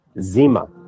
zima